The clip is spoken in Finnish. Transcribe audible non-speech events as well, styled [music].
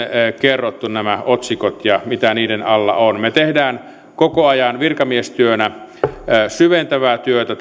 kerrottu nämä otsikot ja mitä niiden alla on me teemme koko ajan virkamiestyönä syventävää työtä [unintelligible]